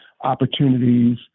opportunities